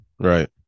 Right